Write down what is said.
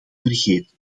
vergeten